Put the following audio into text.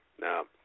Now